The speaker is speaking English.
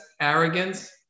arrogance